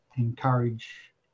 encourage